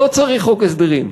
לא צריך חוק הסדרים.